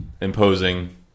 Imposing